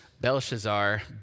Belshazzar